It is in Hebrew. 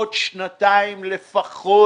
לעוד שנתיים לפחות,